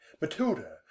matilda